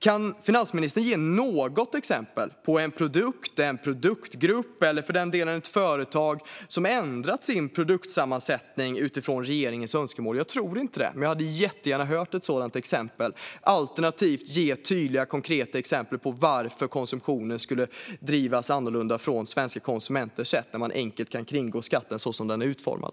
Kan finansministern ge något exempel på en produkt, en produktgrupp eller för den delen ett företag som ändrat sin produktsammansättning utifrån regeringens önskemål? Jag tror inte det, men jag hör gärna ett sådant exempel. Alternativet är att ge tydliga konkreta exempel på varför konsumtionen skulle bli annorlunda för svenska konsumenter när man enkelt kan kringgå skatten så som den är utformad.